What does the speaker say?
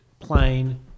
Plane